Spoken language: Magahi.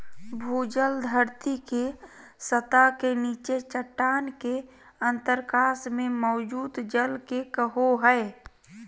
भूजल धरती के सतह के नीचे चट्टान के अंतरकाश में मौजूद जल के कहो हइ